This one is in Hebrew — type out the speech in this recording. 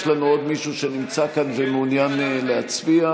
יש עוד מישהו שנמצא כאן ומעוניין להצביע?